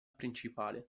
principale